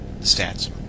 stats